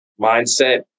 mindset